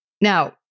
Now